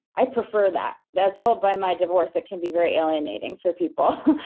i prefer that. as told by my divorce, it can be very alienating for people,